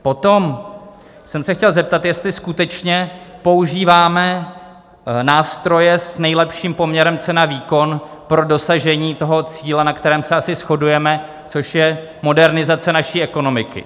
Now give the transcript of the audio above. Potom jsem se chtěl zeptat, jestli skutečně používáme nástroje s nejlepším poměrem cenavýkon pro dosažení toho cíle, na kterém se asi shodujeme, což je modernizace naší ekonomiky.